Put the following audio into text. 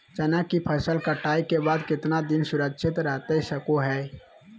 चना की फसल कटाई के बाद कितना दिन सुरक्षित रहतई सको हय?